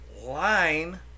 line